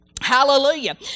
Hallelujah